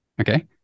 okay